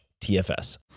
TFS